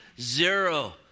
zero